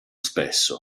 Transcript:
spesso